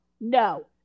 No